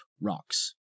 rocks